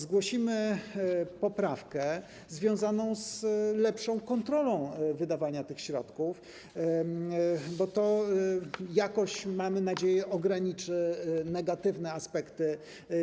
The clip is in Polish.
Zgłosimy poprawkę związaną z lepszą kontrolą wydawania tych środków, bo to jakoś, mamy nadzieję, ograniczy negatywne aspekty